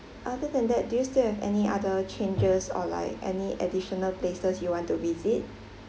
other than that do you still have any other changes or like any additional places you want to visit